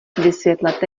vysvětlete